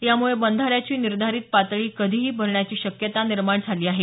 यामुळे बंधाऱ्याची निर्धारीत पातळी कधीही भरण्याची शक्यता निर्माण झाली आहे